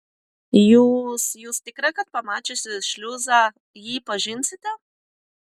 jūs jūs tikra kad pamačiusi šliuzą jį pažinsite